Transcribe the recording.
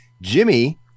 Jimmy